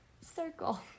circle